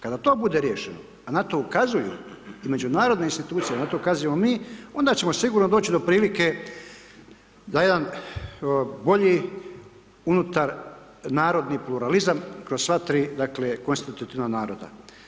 Kada to bude riješeno, a na to ukazuju i međunarodne institucije, na to ukazuju mi, onda ćemo sigurno doći do prilike da jedan bolji unutar narodni pluralizam kroz sva tri dakle, konstitutivna naroda.